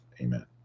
Amen